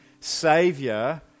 Savior